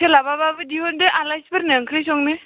सोलाबाबाबो दिहुन्दो आलासिफोरनो ओंख्रि संनो